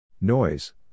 Noise